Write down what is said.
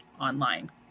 online